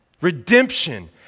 Redemption